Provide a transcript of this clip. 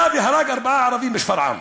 בא והרג ארבעה ערבים בשפרעם.